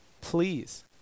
Please